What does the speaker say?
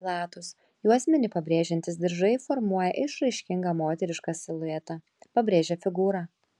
platūs juosmenį pabrėžiantys diržai formuoja išraiškingą moterišką siluetą pabrėžia figūrą